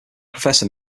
professor